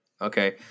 Okay